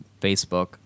Facebook